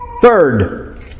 Third